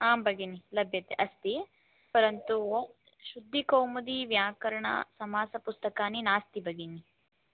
आं भगिनि लभ्यते अस्ति परन्तु शुद्धिकौमुदी व्याकरणसमासपुस्तकानि नास्ति भगिनि